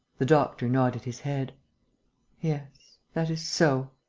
the doctor nodded his head yes. that is so.